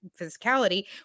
physicality